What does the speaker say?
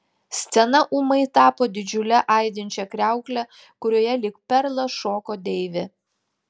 scena ūmai tapo didžiule aidinčia kriaukle kurioje lyg perlas šoko deivė